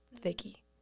thicky